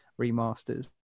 remasters